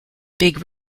big